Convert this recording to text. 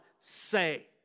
say